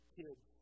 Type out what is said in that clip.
kids